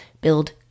build